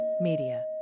media